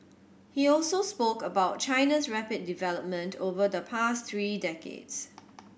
he also spoke about China's rapid development over the past three decades